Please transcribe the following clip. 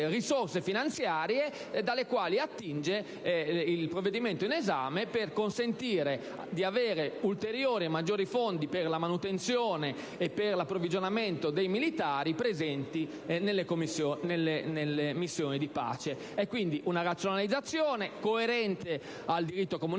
risorse finanziarie dalle quali attinge il provvedimento in esame per consentire di disporre di ulteriori fondi per la manutenzione e l'approvvigionamento dei militari presenti nelle missioni di pace. È quindi una razionalizzazione coerente con il diritto comunitario,